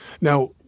Now